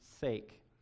sake